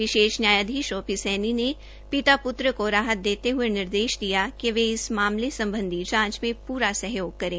विशेष न्यायाधीश O P Soni ने पिता पृत्र को राहत देते हये निर्देश दिया है कि वे इस मामले सम्बधी जांच में पूरा सहयोग करें